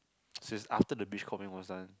since after the brief comment was done